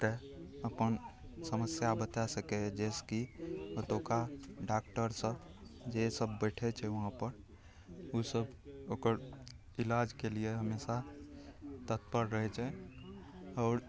ओतए अपन समस्या बतै सकैए जाहिसेकि ओतुका डॉकटर सभ जे सब बैठै छै वहाँपर ओसब ओकर इलाजके लिए हमेशा तत्पर रहै छै आओर